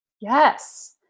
Yes